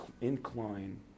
incline